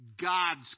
God's